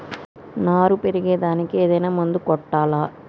నారు పెరిగే దానికి ఏదైనా మందు కొట్టాలా?